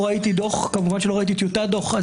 לא ראיתי דוח או טיוטת דוח.